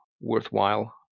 worthwhile